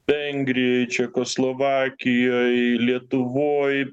vengrijoj čekoslovakijoj lietuvoj